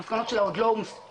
המסקנות שלה עוד לא יושמו,